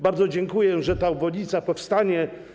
Bardzo dziękuję, że ta obwodnica powstanie.